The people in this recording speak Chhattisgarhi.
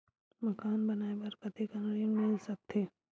मकान बनाये बर कतेकन ऋण मिल सकथे?